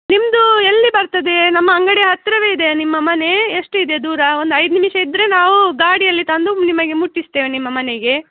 ನಿಮ್ಮದು ಎಲ್ಲಿ ಬರ್ತದೆ ನಮ್ಮ ಅಂಗಡಿ ಹತ್ತಿರವೇ ಇದೆಯಾ ನಿಮ್ಮ ಮನೆ ಎಷ್ಟು ಇದೆ ದೂರ ಒಂದು ಐದು ನಿಮಿಷ ಇದ್ದರೆ ನಾವು ಗಾಡಿಯಲ್ಲಿ ತಂದು ನಿಮಗೆ ಮುಟ್ಟಿಸ್ತೇವೆ ನಿಮ್ಮ ಮನೆಗೆ